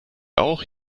auch